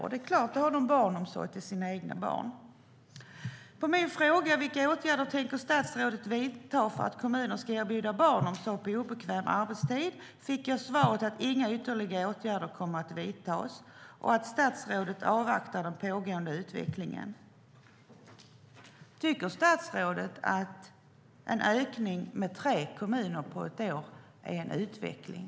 Men det är klart, då har de barnomsorg till sina egna barn. På min fråga om vilka åtgärder statsrådet tänker vidta för att fler kommuner ska erbjuda barnomsorg på obekväm arbetstid fick jag svaret att inga ytterligare åtgärder kommer att vidtas och att statsrådet avvaktar den pågående utvecklingen. Tycker statsrådet att en ökning med tre kommuner på ett år är en utveckling?